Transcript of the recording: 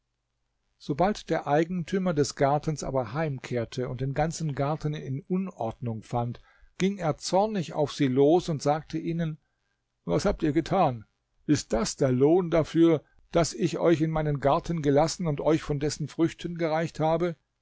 sobald der eigentümer des gartens aber heimkehrte und den ganzen garten in unordnung fand ging er zornig auf sie los und sagte ihnen was habt ihr getan ist das der lohn dafür daß ich euch in meinen garten gelassen und euch von dessen früchten gereicht habe